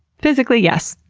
physically, yes.